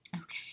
Okay